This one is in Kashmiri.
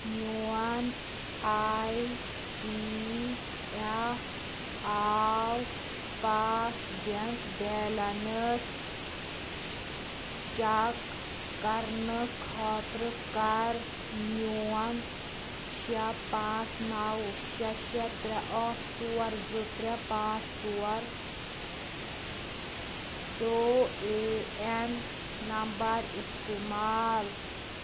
میون آی پی ایف آو پاس بینٛک بیلنس چیک کرنہٕ خٲطرٕ کر میون شےٚ پانٛژھ نَو شےٚ شےٚ ترےٚ ٲٹھ ژور زٕ ترےٚ پانٛژھ ژور یوٗ اے این نمبر استعمال